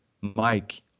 Mike